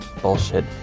bullshit